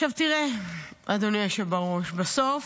עכשיו תראה, אדוני היושב בראש --- מירב,